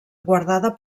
guardada